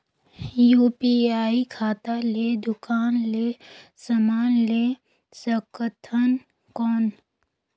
UPI खाता ले दुकान ले समान ले सकथन कौन?